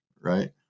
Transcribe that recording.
right